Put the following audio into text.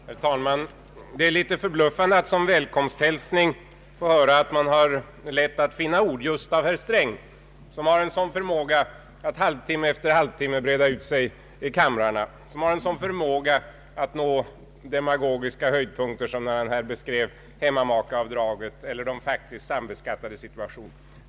Herr talman! Det är litet förbluffande att som välkomsthälsning få höra att man har lätt att finna ord och att få denna välkomsthälsning just av herr Sträng som har en så stor förmåga att halvtimme efter halvtimme breda ut sig i kamrarnas debatter; som har en mycket stor förmåga att nå demagogiska höjdpunkter — t.ex. när han här beskrev hemmamakeavdraget eller de faktiskt sambeskattades situation.